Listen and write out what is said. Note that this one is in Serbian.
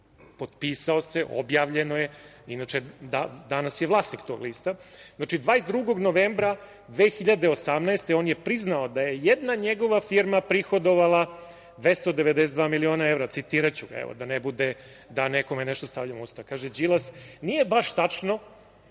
Potpisao se, objavljeno je. Inače, danas je vlasnik tog lista. Znači 22. novembra 2018. godine je priznao da je jedna njegova firma prihodovala 292 miliona evra, citiraću ga, evo da ne bude da nekome nešto stavljam u usta. Kaže Đilas – nije baš tačno